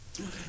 okay